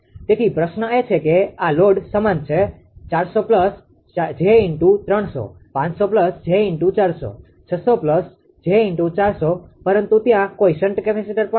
તેથી પ્રશ્ન એ છે કે આ લોડ સમાન છે 400 𝑗300 500 𝑗400 600 𝑗400 પરંતુ ત્યાં કોઈ શન્ટ કેપેસિટર પણ નથી